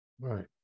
Right